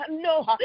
no